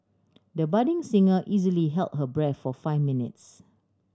the budding singer easily held her breath for five minutes